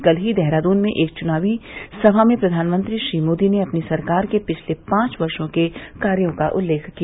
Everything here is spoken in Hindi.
कल ही देहरादून में एक चुनावी सभा में प्रधानमंत्री श्री मोदी ने अपनी सरकार के पिछले पांच वर्ष के कायों का उत्लेख किया